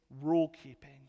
rule-keeping